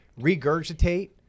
regurgitate